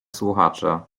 słuchacze